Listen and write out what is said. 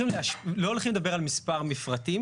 אנחנו לא הולכים לדבר על מספר מפרטים,